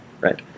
right